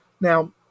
Now